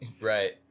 Right